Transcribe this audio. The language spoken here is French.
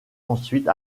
ensuite